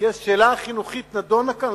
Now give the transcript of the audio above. השאלה החינוכית נדונה כאן,